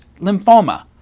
lymphoma